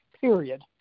period